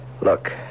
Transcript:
Look